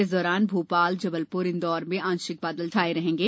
इस दौरान भोपाल जबलपुर इंदौर में आंशिक बादल बने रहेंगे